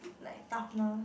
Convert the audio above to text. like toughness